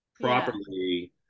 properly